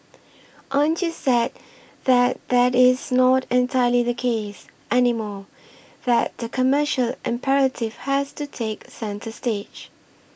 aren't you sad that that is not entirely the case anymore that the commercial imperative has to take centre stage